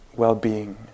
well-being